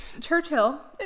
Churchill